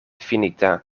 finita